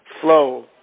flow